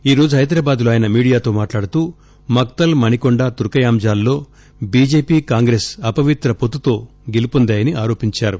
ఈరోజు హైదరాబాద్లో ఆయన మీడియాతో మాట్లాడుతూ మక్తల్ మణికొండ తుర్క యంజాల్లో బీజేపీ కాంగ్రెస్ అపవిత్ర పొత్తుతో గెలుపొందాయని ఆరోపించారు